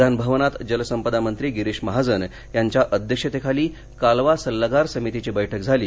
विधानभवनात जलसंपदा मंत्री गिरीश महाजन यांच्या अध्यक्षतेखाली कालवा सल्लागार समितीची बैठक झाली